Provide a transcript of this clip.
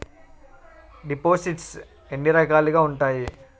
దిపోసిస్ట్స్ ఎన్ని రకాలుగా ఉన్నాయి?